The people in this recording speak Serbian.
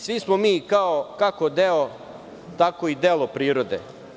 Svi smo mi, kao kako deo, tako i delo prirode.